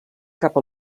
cap